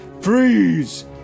Freeze